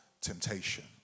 temptation